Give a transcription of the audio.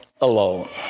alone